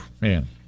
Man